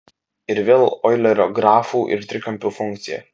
ir vėl oilerio grafų ir trikampių funkcija